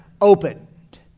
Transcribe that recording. opened